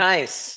Nice